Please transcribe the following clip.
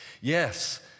Yes